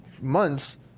months